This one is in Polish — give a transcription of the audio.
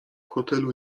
hotelu